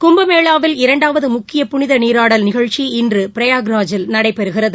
கும்பமேளாவின் இரண்டாவது முக்கிய புனித நீராடல் நீராடல் நீகழ்ச்சி இன்று பிராயக்ராஜில் நடைபெறுகிறது